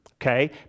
okay